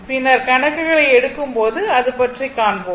பின்னர் கணக்குகளை எடுக்கும் போது அது பற்றி காண்போம்